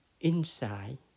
inside